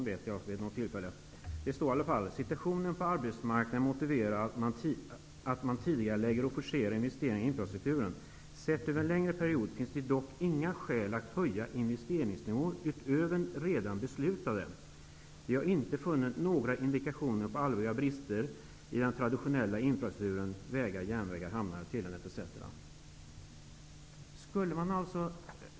I punkt 70 av de 113 står det att situationen på arbetsmarknaden motiverar att man tidigarelägger och forcerar investeringar i infrastrukturen. Sett över en längre period finns det dock inga skäl att höja investeringsnivån utöver den redan beslutade, eftersom man inte har funnit några indikationer på allvarliga brister i den traditionella infrastrukturer, dvs. vägar, järnvägar, hamnar, telenät etc.